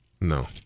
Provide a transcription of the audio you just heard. No